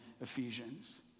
Ephesians